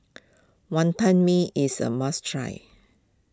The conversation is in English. Wantan Mee is a must try